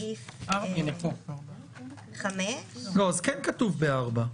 סעיף 5. לא, אז כן כתוב ב-4.